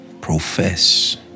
profess